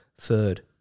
third